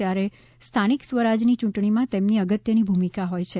ત્યારે સ્થાનિક સ્વરાજ્યની ચૂંટણીમાં તેમની અગત્યની ભૂમિકા હોય છે